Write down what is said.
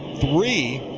three,